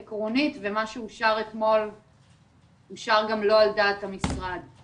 אני נציגת המועצות הדתיות של החינוך הדתי.